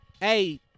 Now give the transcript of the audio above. hey